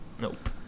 Nope